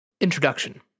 Introduction